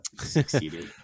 succeeded